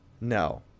No